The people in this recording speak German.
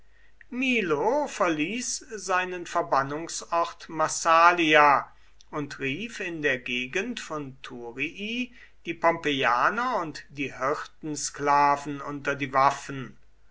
milo verließ seinen verbannungsort massalia und rief in der gegend von thurii die pompeianer und die hirtensklaven unter die waffen